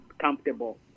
comfortable